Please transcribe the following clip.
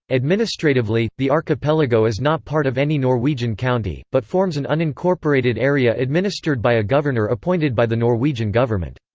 administratively, the archipelago is not part of any norwegian county, but forms an unincorporated area administered by a governor appointed by the norwegian government.